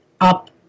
up